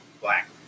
black